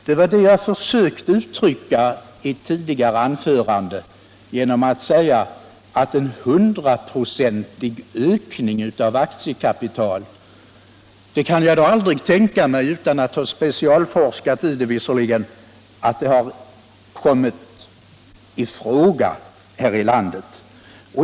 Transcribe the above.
Detta försökte jag uttrycka i mitt tidigare anförande genom att säga — visserligen utan att ha specialforskat i ämnet — att jag inte kan tänka mig att en hundraprocentig ökning av aktiekapitalet någonsin har kommit i fråga för någon bank här i landet.